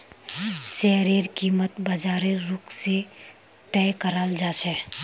शेयरेर कीमत बाजारेर रुख से तय कराल जा छे